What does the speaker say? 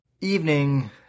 evening